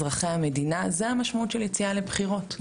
זאת המשמעות של יציאה לבחירות,